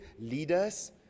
Leaders